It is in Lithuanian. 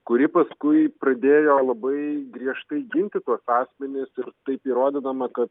kuri paskui pradėjo labai griežtai ginti tuos asmenis ir taip įrodydama kad